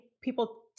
people